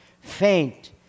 faint